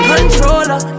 Controller